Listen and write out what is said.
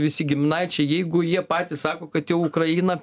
visi giminaičiai jeigu jie patys sako kad jau ukraina